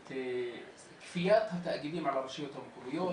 את כפיית התאגידים על הרשויות המקומיות